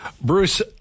Bruce